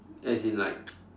as in like